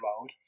mode